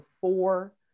four